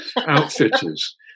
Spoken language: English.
outfitters